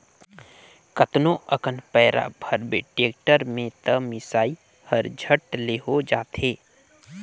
कतनो अकन पैरा भरबे टेक्टर में त मिसई हर झट ले हो जाथे